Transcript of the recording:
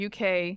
UK